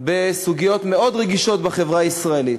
בסוגיות מאוד רגישות בחברה הישראלית,